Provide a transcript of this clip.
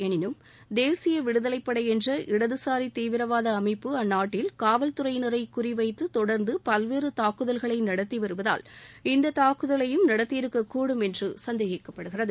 எனிதம் தேசிய தாக்குதலுக்கு இந்த விடுதலைப்படை என்ற இடதுசாரி தீவிரவாத அமைப்பு அந்நாட்டில் காவல்துறையினரை குறிவைத்து தொடர்ந்து பல்வேறு தாக்குதல்களை நடத்தி வருவதால் இந்த தாக்குதலையும் அதே அமைப்பு நடத்தியிருக்கக்கூடும் என்று சந்தேகிக்கப்படுகிறது